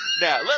Now